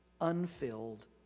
unfilled